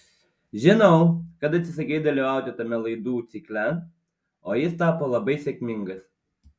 žinau kad atsisakei dalyvauti tame laidų cikle o jis tapo labai sėkmingas